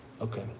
Okay